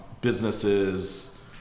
businesses